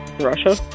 Russia